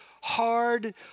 hard